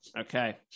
Okay